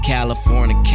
California